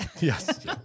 Yes